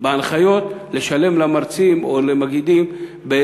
בהנחיות לשלם למרצים או למגידים את